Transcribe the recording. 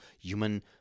human